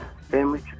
Family